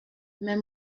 mais